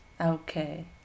Okay